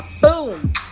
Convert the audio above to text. Boom